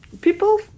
people